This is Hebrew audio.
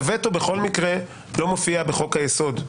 הווטו בכל מקרה לא מופיע בחוק היסוד.